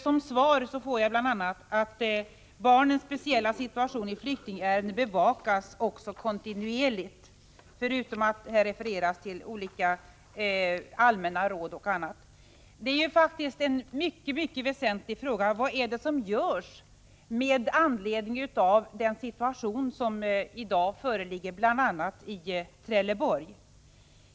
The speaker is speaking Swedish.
Som svar får jag bl.a.: ”Barnens speciella situation i flyktingärenden bevakas också kontinuerligt.”, förutom att här refereras till olika allmänna råd och annat. Det är faktiskt en mycket väsentlig fråga, vad som görs med anledning av den situation som i dag föreligger bl.a. i Trelleborg.